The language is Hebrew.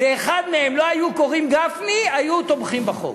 לאחד מהם לא היו קוראים גפני, היו תומכים בחוק.